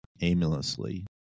aimlessly